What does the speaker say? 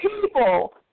People